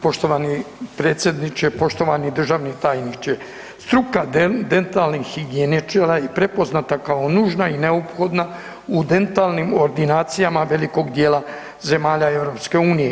Poštovani predsjedniče, poštovani državni tajniče, struka dentalnih higijeničara je prepoznata kao nužna i neophodna u dentalnim ordinacijama velikog dijela zemalja EU.